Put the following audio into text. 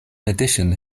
addition